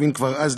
הבין כבר אז,